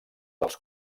dels